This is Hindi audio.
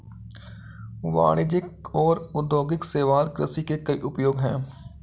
वाणिज्यिक और औद्योगिक शैवाल कृषि के कई उपयोग हैं